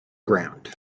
ground